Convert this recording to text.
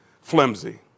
flimsy